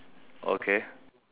okay